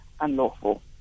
unlawful